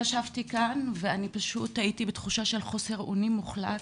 ישבתי כאן ואני פשוט הייתי בתחושה של חוסר אונים מוחלט,